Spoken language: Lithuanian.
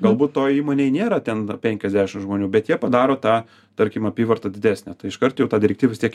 galbūt toj įmonėj nėra ten penkiasdešim žmonių bet jie padaro tą tarkim apyvartą didesnę tai iškart jau ta direktyva vis tiek jiem